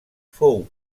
fou